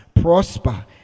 prosper